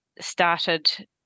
started